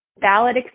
valid